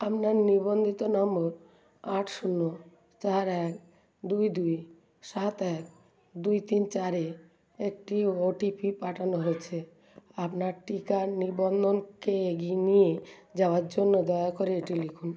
আমনার নিবন্ধিত নম্বর আট শূন্য চার এক দুই দুই সাত এক দুই তিন চার এ একটি ওটিপি পাঠানো হয়েছে আপনার টিকা নিবন্ধনকে এগিয়ে নিয়ে যাওয়ার জন্য দয়া করে এটি লিখুন